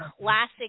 classic